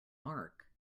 mark